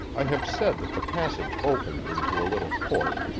i have said that the passage opened into a little court,